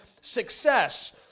success